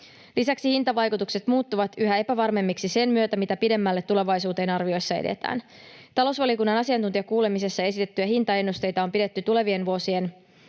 Lisäksi hintavaikutukset muuttuvat yhä epävarmemmiksi sen myötä, mitä pidemmälle tulevaisuuteen arvioissa edetään. Talousvaliokunnan asiantuntijakuulemisessa esitettyjä hintaennusteita tuleville vuosille